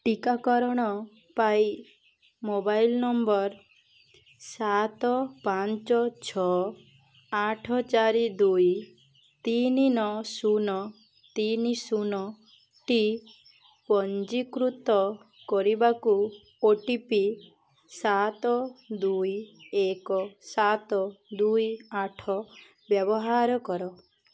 ଟିକାକରଣ ପାଇଁ mobile number ସାତ ପାଞ୍ଚ ଛଅ ଆଠ ଚାରି ଦୁଇ ତିନି ନଅ ଶୂନ ତିନି ଶୂନଟି ପଞ୍ଜୀକୃତ କରିବାକୁ ଓ ଟି ପି ସାତ ଦୁଇ ଏକ ସାତ ଦୁଇ ଆଠ ବ୍ୟବହାର କର